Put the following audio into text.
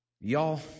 Y'all